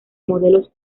modelos